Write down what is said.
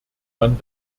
man